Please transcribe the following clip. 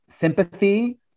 sympathy